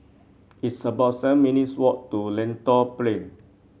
it's about seven minutes walk to Lentor Plain